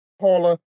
Paula